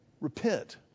Repent